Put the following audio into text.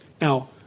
Now